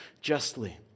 justly